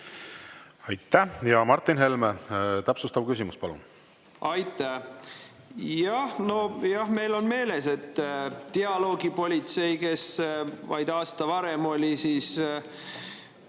Aitäh! Martin Helme, täpsustav küsimus, palun! Aitäh! Nojah, meil on meeles, et dialoogipolitsei, kes vaid aasta varem